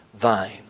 thine